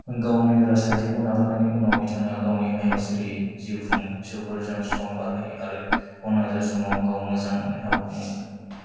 गावनि राजखान्थिखौ नागारनायनि उनाव बिथाङा गावनि हायाव सिरियै जिउ खुङो फिसौफोरजों सम बारहोयो आरो अनाजोर समाव गाव मोजां मोन्नाय हाबाखौ मावो